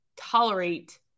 tolerate